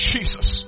Jesus